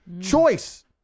choice